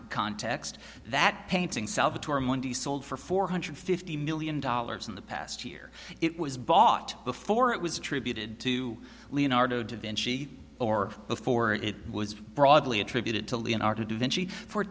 con context that painting salvatore monday sold for four hundred fifty million dollars in the past year it was bought before it was attributed to leonardo da vinci or before it was broadly attributed to leonardo da vinci for